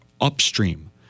upstream